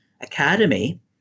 academy